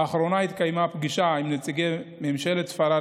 לאחרונה התקיימה פגישה עם נציגי ממשלת ספרד